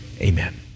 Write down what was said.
Amen